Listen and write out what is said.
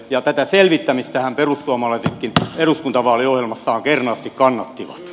ja tätä selvittämistähän perussuomalaisetkin eduskuntavaaliohjelmassaan kernaasti kannattivat